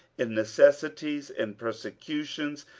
in necessities, in persecutions,